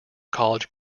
college